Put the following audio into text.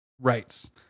rights